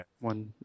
One